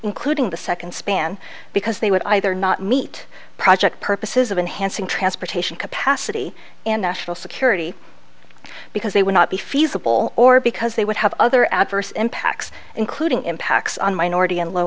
including the second span because they would either not meet project purposes of enhancing transportation capacity and national security because they would not be feasible or because they would have other adverse impacts including impacts on minority and low